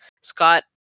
Scott